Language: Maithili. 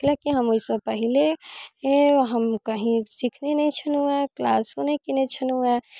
कैलाकि हम ओइसँ पहिले हम कहीं सीखने नहि छलहुँ हँ क्लासो नहि केने छलहुँ हँ